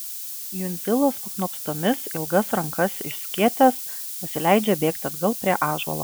jundzilas paknopstomis ilgas rankas išskėtęs pasileidžia bėgti atgal prie ąžuolo